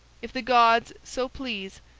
if the gods so please,